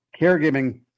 caregiving